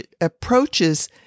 approaches